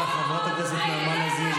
איך אתה מזכיר שמות של נרצחות,